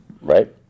right